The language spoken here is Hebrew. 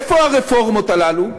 איפה הרפורמות הללו?